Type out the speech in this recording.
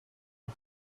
are